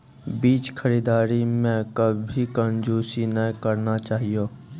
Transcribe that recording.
बीज खरीददारी मॅ कभी कंजूसी नाय करना चाहियो